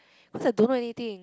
cause I don't know anything